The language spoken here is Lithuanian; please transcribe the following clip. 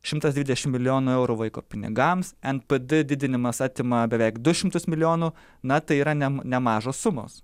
šimtas dvidešim milijonų eurų vaiko pinigams npd didinimas atima beveik du šimtus milijonų na tai yra nem nemažos sumos